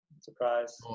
surprise